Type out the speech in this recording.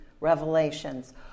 revelations